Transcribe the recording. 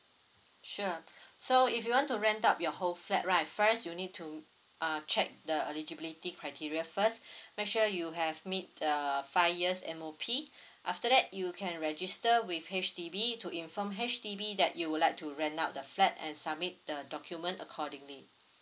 sure so if you want to rent out your whole flat right first you need to uh check the eligibility criteria first make sure you have meet uh five years M_O_P after that you can register with H_D_B to inform H_D_B that you would like to rent out the flat and submit the document accordingly